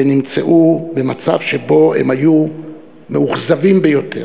ונמצאו במצב שבו הם היו מאוכזבים ביותר.